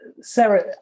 Sarah